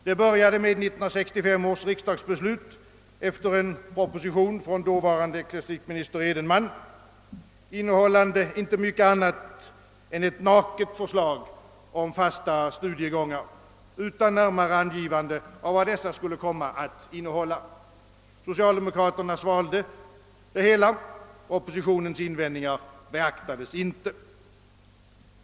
Det började med 1965 års riksdagsbeslut efter en proposition från dåvarande ecklesiastikminister Edenman, innehållande inte mycket annat än ett naket förslag om fasta studiegångar utan närmare angivande av vad dessa skulle komma att innehålla. Socialdemokraterna svalde det hela; oppositionens invändningar beaktades inte.